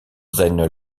zijn